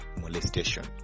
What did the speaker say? molestation